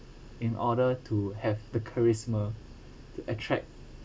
in order to have the charisma to attract